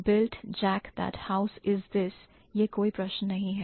"Built Jack that house is this" यह कोई प्रश्न नहीं है